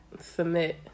submit